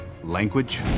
Language